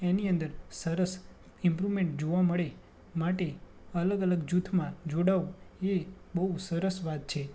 એની અંદર સરસ ઇમ્પ્રુવમેન્ટ જોવા મળે માટે અલગ અલગ જૂથમાં જોડાવવું એ બહુ સરસ વાત છે